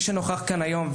מי שנוכח כאן היום,